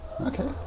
Okay